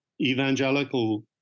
evangelical